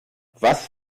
was